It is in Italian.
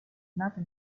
nata